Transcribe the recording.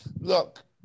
Look